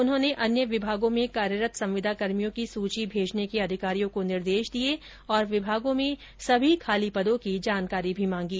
उन्होंने अन्य विभागों में कार्यरत संविदा कर्मियों की सूची भेजने के अधिकारियों को निर्देश दिए तथा विभागों में सभी खाली पदों की जानकारी भी मांगी